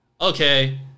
okay